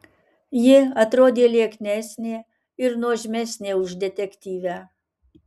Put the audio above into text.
ji atrodė lieknesnė ir nuožmesnė už detektyvę